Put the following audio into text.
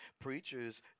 Preachers